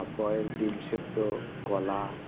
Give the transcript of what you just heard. half boil ডিম সেদ্ধ কলা